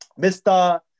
mr